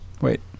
wait